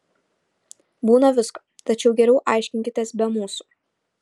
būna visko tačiau geriau aiškinkitės be mūsų